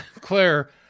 Claire